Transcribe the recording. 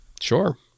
Sure